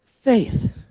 faith